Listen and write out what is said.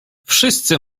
wszyscy